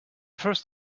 first